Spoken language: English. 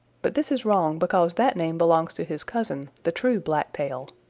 but this is wrong because that name belongs to his cousin, the true blacktail.